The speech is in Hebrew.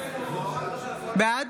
בוארון, בעד